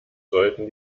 sollten